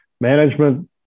management